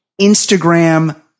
Instagram